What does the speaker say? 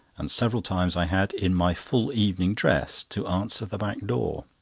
and several times i had, in my full evening-dress, to answer the back-door.